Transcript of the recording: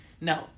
No